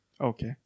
okay